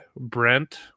brent